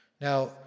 Now